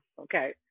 Okay